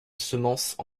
semences